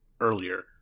earlier